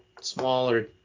smaller